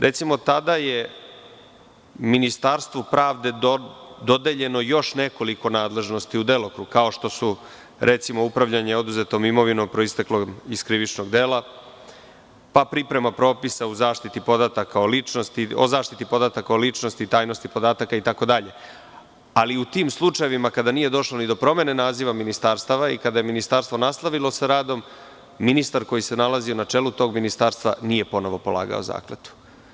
Recimo, tada je Ministarstvu pravde dodeljeno još nekoliko nadležnosti u delokrug, kao što su: upravljanje oduzetom imovinom proisteklom iz krivičnog dela, pripremapropisa o zaštiti podataka o ličnosti i tajnosti podataka itd, ali u tim slučajevima kada nije došlo ni do promena naziva ministarstava i kada je ministarstvo nastavilo sa radom, ministar koji se nalazio na čelu tog ministarstva nije ponovo polagao zakletvu.